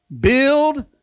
Build